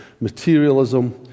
materialism